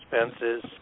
expenses